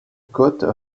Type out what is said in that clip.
côte